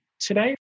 today